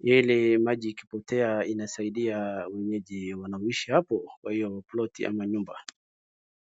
ili maji ikipotea inasaidia wenyeji wanaoishi hapo kwa hiyo ploti ama nyumba.